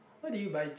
why did you buy